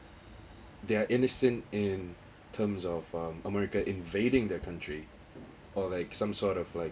there are innocent in terms of um america invading their country or like some sort of like